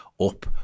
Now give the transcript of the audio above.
Up